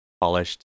polished